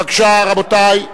בבקשה, רבותי.